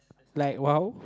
like !wow!